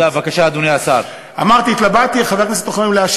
נאפשר שאלה נוספת לחבר הכנסת שמעון אוחיון.